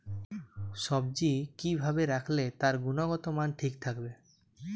সবজি কি ভাবে রাখলে তার গুনগতমান ঠিক থাকবে?